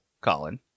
Colin